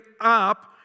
up